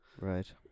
right